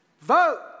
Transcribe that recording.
Vote